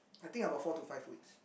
I think about four to five weeks